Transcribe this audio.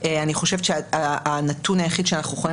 אני חושבת שהנתון היחיד שאנחנו יכולים